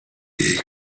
jej